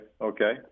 okay